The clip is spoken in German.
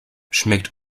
schmeckt